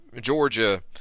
Georgia